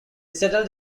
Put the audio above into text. settled